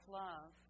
love